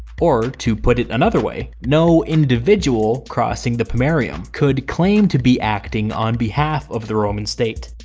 or, to put it another way, no individual crossing the pomerium could claim to be acting on behalf of the roman state.